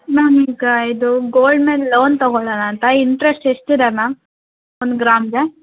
ma'am ಈಗ ಇದು gold ಮೇಲೆ ಲೋನ್ ತಗೋಳೋಣ ಅಂತ ಇಂಟ್ರೆಸ್ಟ್ ಎಷ್ಟಿದೆ ಮ್ಯಾಮ್ ಒಂದು ಗ್ರಾಮಿಗೆ